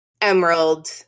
Emerald